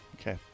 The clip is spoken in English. Okay